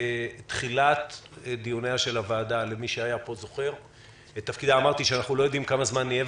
בתחילת דיוני הוועדה אמרתי שאיני יודע כמה זמן נפעל.